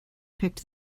picked